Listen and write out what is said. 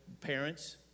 Parents